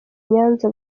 nyanza